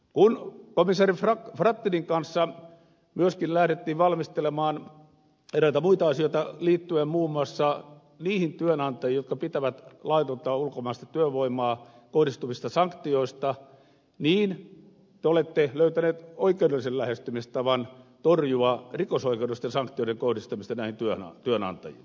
kun komissaari frattinin kanssa myöskin lähdettiin valmistelemaan eräitä muita asioita liittyen muun muassa niihin työnantajiin jotka pitävät laitonta ulkomaista työvoimaa kohdistuviin sanktioihin niin te olette löytänyt oikeudellisen lähestymistavan torjua rikosoikeudellisten sanktioiden kohdistamista näihin työnantajiin